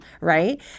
right